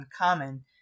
uncommon